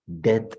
Death